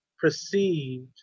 perceived